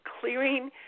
clearing